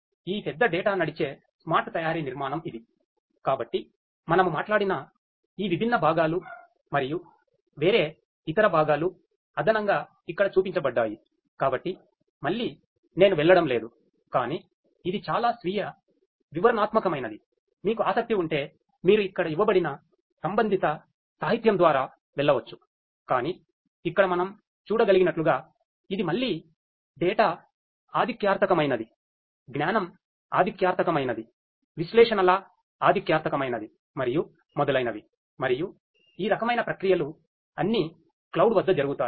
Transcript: ఈ పెద్ద డేటా వద్ద జరుగుతాయి